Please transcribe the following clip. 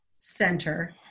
center